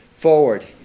forward